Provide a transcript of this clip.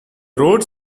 rhodes